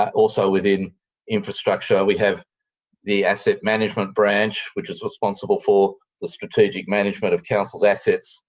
also, within infrastructure, we have the asset management branch, which is responsible for the strategic management of council's assets,